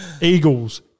Eagles